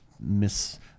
Miss